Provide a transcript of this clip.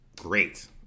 great